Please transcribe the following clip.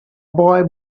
boy